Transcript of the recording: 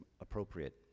appropriate